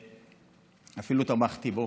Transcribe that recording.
ואפילו תמכתי בו.